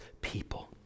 people